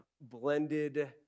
blended